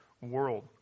world